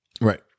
Right